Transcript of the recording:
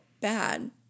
bad